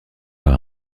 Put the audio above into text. par